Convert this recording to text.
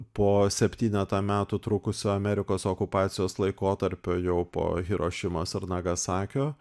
po septynetą metų trukusio amerikos okupacijos laikotarpio jau po hirošimos ir nagasakio